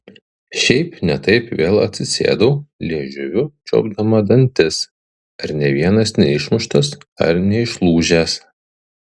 šiaip ne taip vėl atsisėdau liežuviu čiuopdama dantis ar nė vienas neišmuštas ar neišlūžęs